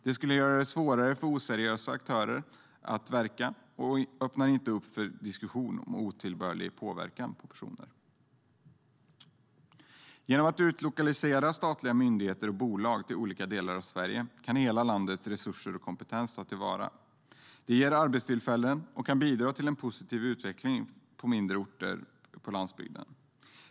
Det skulle göra det svårare för oseriösa aktörer att verka och öppnar inte för diskussion om otillbörlig påverkan av personer. Genom att utlokalisera statliga myndigheter och bolag till olika delar av Sverige kan hela landets resurser och kompetens tas till vara. Det ger arbetstillfällen och kan bidra till en positiv utveckling för mindre orter på landsbygden.